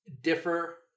differ